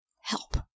help